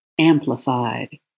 amplified